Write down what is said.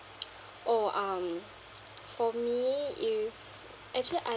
oh um for me if actually I